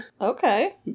Okay